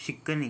शिकणे